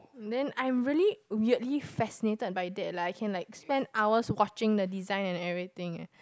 then I'm really weirdly fascinated by that like I can like spend hours watching the design and everything eh